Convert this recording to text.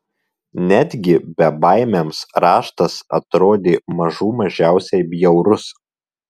netgi bebaimiams raštas atrodė mažų mažiausiai bjaurus